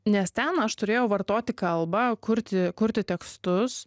nes ten aš turėjau vartoti kalbą kurti kurti tekstus